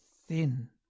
thin